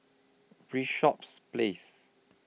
Bishops Place